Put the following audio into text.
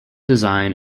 design